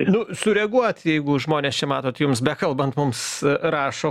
nu sureaguoti jeigu žmonės čia matot jums bekalbant mums rašo